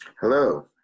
Hello